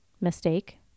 mistake